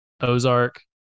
Ozark